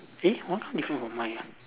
eh orh different from mine ah